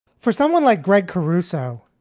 for someone like greg caruso,